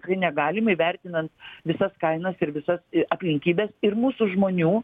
tikrai negalime įvertinant visas kainas ir visas aplinkybes ir mūsų žmonių